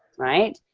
right?